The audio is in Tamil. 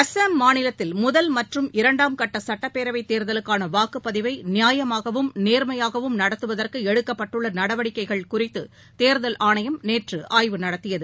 அஸ்ஸாம் மாநிலத்தில் இரண்டாம் கட்டசுட்டப்பேரவைத் முதல் மற்றும் தேர்தலுக்கானவாக்குப்பதிவைநியாயமாகவும் நேர்மையாகவும் நடத்துவதற்குஎடுக்கப்பட்டுள்ளநடவடிக்கைகள் குறித்துதேர்தல் ஆணையம் நேற்றுஆய்வு நடத்தியது